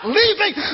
leaving